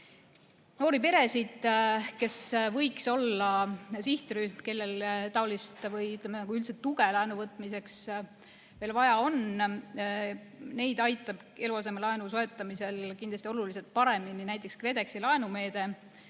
Noori peresid, kes võiks olla sihtrühm, kellel taolist tuge või üldiselt tuge laenuvõtmiseks veel vaja on, aitab eluasemelaenu soetamisel kindlasti oluliselt paremini näiteks KredExi laenumeede,